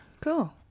cool